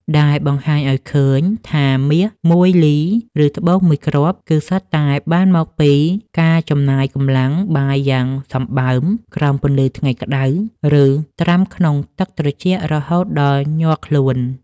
ដែលបង្ហាញឱ្យឃើញថាមាសមួយលី ឬត្បូងមួយគ្រាប់ គឺសុទ្ធតែបានមកពីការចំណាយកម្លាំងបាយយ៉ាងសំបើម ក្រោមពន្លឺថ្ងៃក្ដៅខ្លាំង ឬត្រាំក្នុងទឹកត្រជាក់រហូតដល់ញ័រខ្លួន។